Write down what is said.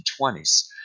1920s